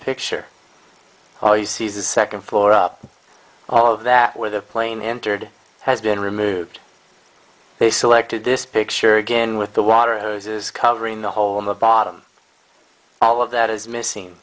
picture all you see is a second floor up all of that where the plane entered has been removed they selected this picture again with the water hoses covering the hole in the bottom all of that is missing